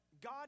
God